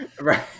Right